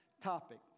topic